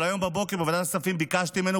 אבל היום בבוקר בוועדת הכספים ביקשתי ממנו,